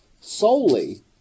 solely